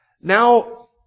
Now